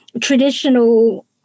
traditional